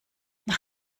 nach